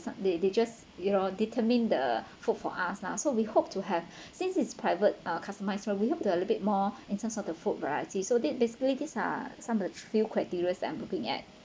they they just you know determine the food for us lah so we hope to have since this is private uh customized so we hope a little bit more in terms of the food variety so basically these are some of few criteria I'm looking at